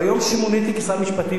ביום שמוניתי כשר משפטים,